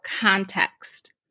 context